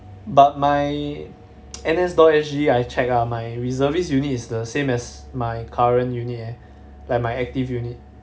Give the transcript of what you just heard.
but my N_S got S_G I check ah my reservist unit is the same as my current unit eh like my active unit